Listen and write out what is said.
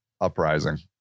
uprising